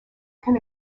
can